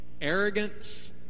arrogance